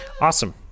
Awesome